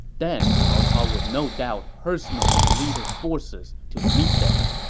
then cao cao would no doubt personally lead his forces to meet them.